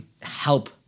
help